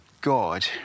God